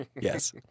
Yes